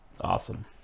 Awesome